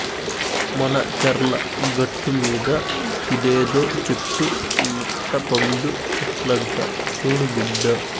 మన చర్ల గట్టుమీద ఇదేదో చెట్టు నట్ట పండు చెట్లంట చూడు బిడ్డా